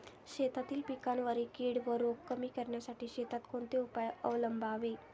शेतातील पिकांवरील कीड व रोग कमी करण्यासाठी शेतात कोणते उपाय अवलंबावे?